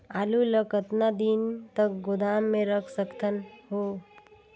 आलू ल कतका दिन तक गोदाम मे रख सकथ हों?